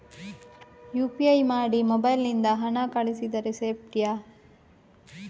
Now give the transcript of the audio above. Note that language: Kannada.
ಯು.ಪಿ.ಐ ಮಾಡಿ ಮೊಬೈಲ್ ನಿಂದ ಹಣ ಕಳಿಸಿದರೆ ಸೇಪ್ಟಿಯಾ?